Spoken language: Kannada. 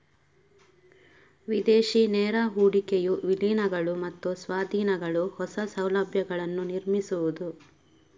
ವಿದೇಶಿ ನೇರ ಹೂಡಿಕೆಯು ವಿಲೀನಗಳು ಮತ್ತು ಸ್ವಾಧೀನಗಳು, ಹೊಸ ಸೌಲಭ್ಯಗಳನ್ನು ನಿರ್ಮಿಸುವುದು